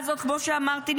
כמו שאמרתי,